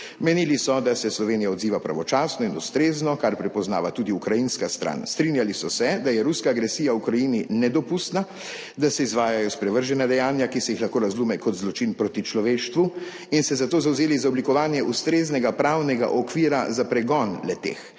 Menili so, da se Slovenija odziva pravočasno in ustrezno, kar prepoznava tudi ukrajinska stran. Strinjali so se, da je ruska agresija v Ukrajini nedopustna, da se izvajajo sprevržena dejanja, ki se jih lahko razume kot zločin proti človeštvu, in se zato zavzeli za oblikovanje ustreznega pravnega okvira za pregon le-teh.